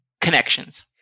connections